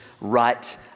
right